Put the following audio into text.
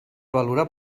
valorar